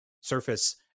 surface